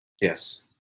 Yes